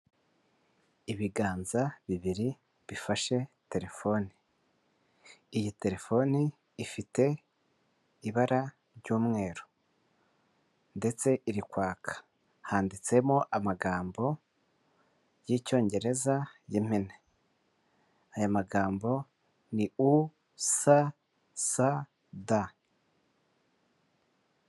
Ibiganza bibiri bifashe telefoni, iyi telefoni ifite ibara ry'umweru ndetse iri kwaka, handitsemo amagambo y'icyongereza y'impine aya magambo ni u,sa, d.